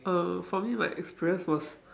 err for me like express was